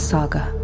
Saga